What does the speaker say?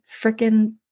freaking